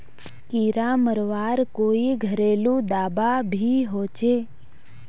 कीड़ा मरवार कोई घरेलू दाबा भी होचए?